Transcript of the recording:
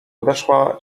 podeszła